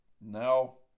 No